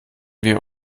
wir